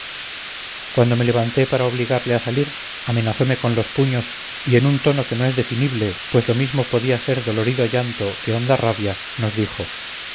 cuando me levanté para obligarle a salir amenazome con los puños y en un tono que no es definible pues lo mismo podía ser dolorido llanto que honda rabia nos dijo